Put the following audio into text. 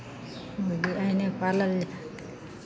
मुरगी एहने पालल